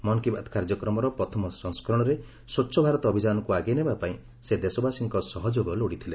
ମନ୍କୀ ବାତ୍ କାର୍ଯ୍ୟକ୍ରମର ପ୍ରଥମ ସଂସ୍କରଣରେ ସ୍ୱଚ୍ଛ ଭାରତ ଅଭିଯାନକୁ ଆଗେଇ ନେବାପାଇଁ ସେ ଦେଶବାସୀଙ୍କ ସହଯୋଗ ଲୋଡ଼ିଥିଲେ